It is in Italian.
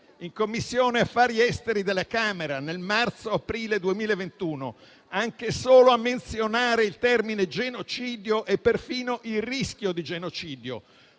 in Commissione affari esteri della Camera nel marzo-aprile 2021, anche solo a menzionare il termine "genocidio" e perfino il "rischio di genocidio",